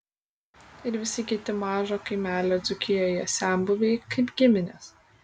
ir visi kiti mažo kaimelio dzūkijoje senbuviai kaip giminės